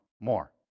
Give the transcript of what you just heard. more